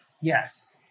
yes